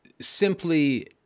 simply